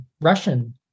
Russian